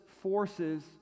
forces